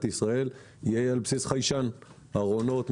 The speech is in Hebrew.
ישראל יהיה על בסיס חיישן: ארונות,